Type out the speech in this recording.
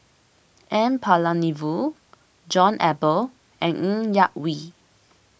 N Palanivelu John Eber and Ng Yak Whee